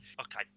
Okay